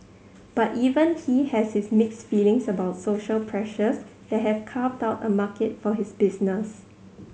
but even he has has mixed feelings about social pressures that have carved out a market for his business